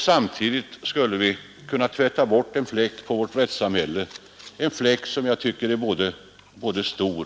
Samtidigt skulle vi kunna tvätta bort en fläck på vårt rättssamhälle — en fläck som jag tycker är både stor